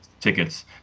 tickets